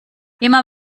immer